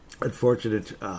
Unfortunate